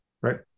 Right